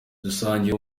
dusangiye